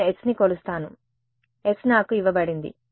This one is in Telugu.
నేను s ని కొలుస్తాను s నాకు ఇవ్వబడింది